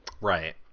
right